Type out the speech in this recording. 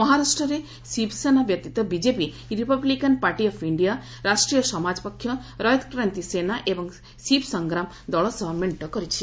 ମହାରାଷ୍ଟ୍ରରେ ଶିବସେନା ବ୍ୟତୀତ BJP Republican Party of India Rashtriya Samaj Paksha Rayat Kranti Sena ଏବଂ ଶିବ୍ ସଂଗ୍ରାମ ଦଳ ସହ ମେଣ୍ଟ କରିଛି